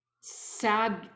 sad